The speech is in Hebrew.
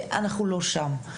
אנחנו לא שם.